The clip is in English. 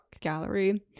Gallery